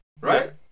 Right